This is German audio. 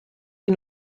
wie